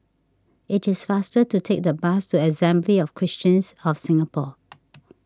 it is faster to take the bus to Assembly of Christians of Singapore